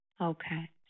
Okay